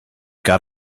got